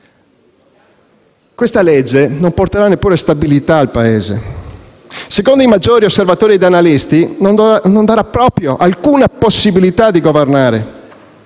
Questa legge non porterà neanche stabilità al Paese. Secondo i maggiori osservatori e analisti, non darà proprio alcuna possibilità di governare.